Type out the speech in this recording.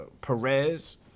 Perez